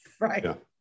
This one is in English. Right